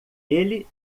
ele